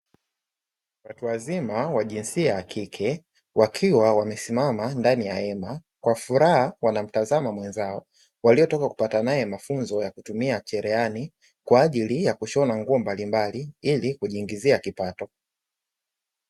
Watu wazima wa jinsia ya kike wakiwa wamesimama ndani ya hema, kwa furaha wanamtazama mwenzao waliotoka kupata naye mafunzo ya kutumia cherehani, kwa ajili ya kushona nguo mbalimbali ili kujiingizia kipato.